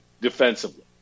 defensively